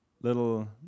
little